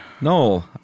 No